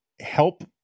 help